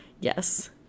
Yes